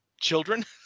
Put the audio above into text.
children